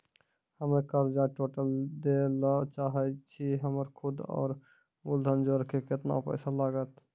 हम्मे कर्जा टोटल दे ला चाहे छी हमर सुद और मूलधन जोर के केतना पैसा लागत?